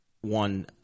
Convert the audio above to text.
one